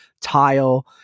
tile